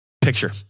Picture